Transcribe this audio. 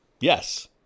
yes